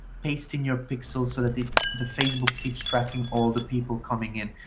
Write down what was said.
pasting your pixel so that the the facebook keeps tracking all the people coming in.